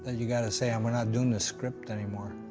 you gotta say, um we're not doing this script anymore.